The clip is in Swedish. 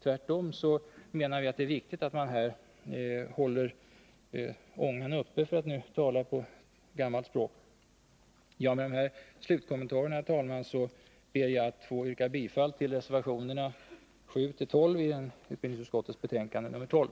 Tvärtom menar vi att det är viktigt att här hålla ångan uppe. Med de här slutkommentarerna, herr talman, ber jag att få yrka bifall till reservationerna 7-12 i utbildningsutskottets betänkande 12.